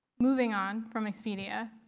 moving on from expedia,